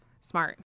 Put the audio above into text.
Smart